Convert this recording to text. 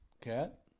Cat